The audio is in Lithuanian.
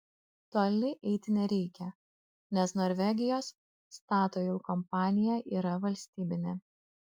toli eiti nereikia nes norvegijos statoil kompanija yra valstybinė